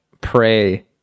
pray